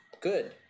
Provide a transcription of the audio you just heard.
good